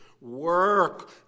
work